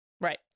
right